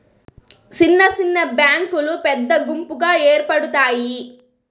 సిన్న సిన్న బ్యాంకులు పెద్ద గుంపుగా ఏర్పడుతాయి